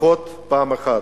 לפחות פעם אחת.